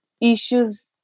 issues